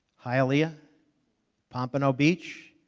hialeah pompano beach.